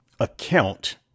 account